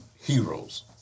heroes